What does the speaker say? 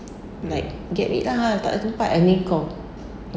like get rid lah tak ada nampak I mean